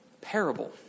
Parable